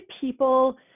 people